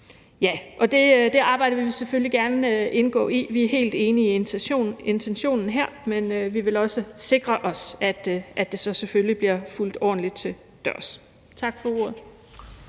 se ud. Det arbejde vil vi selvfølgelig gerne indgå i. Vi er helt enige i intentionen her, men vi vil også sikre os, at det så selvfølgelig bliver fulgt ordentligt til dørs. Tak for ordet.